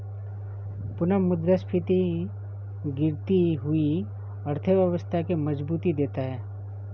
पुनःमुद्रस्फीति गिरती हुई अर्थव्यवस्था के मजबूती देता है